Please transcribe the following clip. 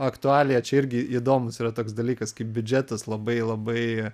aktualija čia irgi įdomus yra toks dalykas kaip biudžetas labai labai